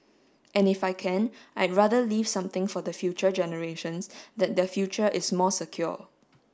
and if I can I'd rather leave something for the future generations that their future is more secure